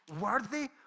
Worthy